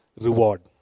reward